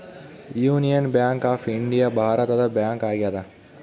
union bank of India ಭಾರತದ bank ಆಗ್ಯಾದ